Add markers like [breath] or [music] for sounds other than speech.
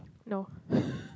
no [breath]